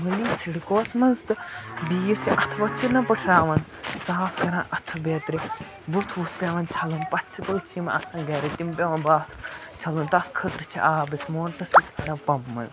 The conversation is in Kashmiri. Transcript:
مٔلی سِڈکووَس منٛز تہٕ بیٚیہِ یُس یہِ اَتھٕ وَتھٕ چھِنہ پٕٹھراوان صاف کَران اَتھٕ بیترِ بُتھ وُتھ پٮ۪وان چھَلٕنۍ پَژھِ پٔژھۍ یِم آسَن گَرِ تِم پٮ۪وان باتھ چھَلُن تَتھ خٲطرٕ چھِ آب أسۍ موٹرٕ سۭتۍ سۭتۍ کھالان پمپہٕ منٛز